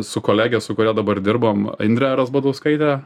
su kolege su kuria dabar dirbam indre razbadauskaite